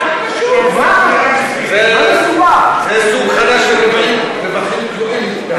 זה סוג חדש של רווחים כלואים.